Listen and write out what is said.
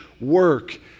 work